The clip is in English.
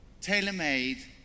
tailor-made